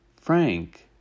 Frank